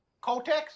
Cortex